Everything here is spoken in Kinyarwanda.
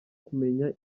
kumenya